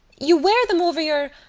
you wear them over your.